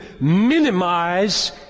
minimize